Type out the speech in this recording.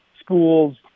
schools